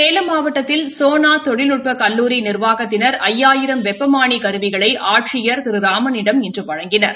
சேலம் மாவட்டத்தில் சோனா தொழில்நுட்ப கல்லூரி நிர்வாகத்தினர் ஐயாயிரம் வெப்பமானி கருவிகளை ஆட்சியர் திரு ராமனிடம் இன்று வழங்கினர்